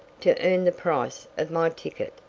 to earn the price of my ticket?